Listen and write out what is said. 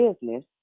business